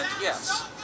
yes